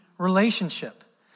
Relationship